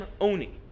Oni